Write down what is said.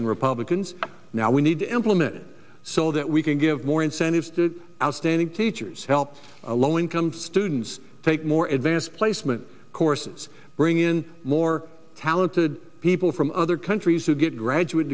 and republicans now we need to implement it so that we can give more incentives to outstanding teachers help low income students take more advanced placement courses bring in more talented people from other countries who get graduate